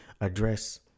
address